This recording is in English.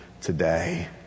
today